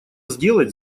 сделать